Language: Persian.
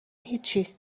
هیچی